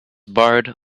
barred